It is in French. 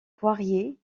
poirier